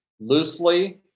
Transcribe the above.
loosely